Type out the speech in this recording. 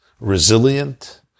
resilient